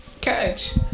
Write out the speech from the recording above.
catch